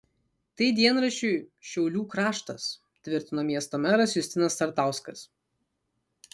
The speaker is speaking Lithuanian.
tai dienraščiui šiaulių kraštas tvirtino miesto meras justinas sartauskas